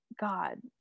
god